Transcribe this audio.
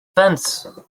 pants